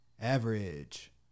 average